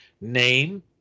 Name